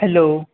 hello